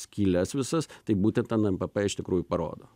skyles visas tai būtent ten nmpp iš tikrųjų parodo